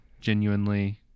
genuinely